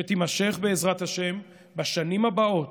שתימשך בעזרת השם בשנים הבאות